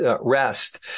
rest